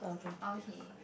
okay